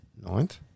ninth